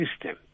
system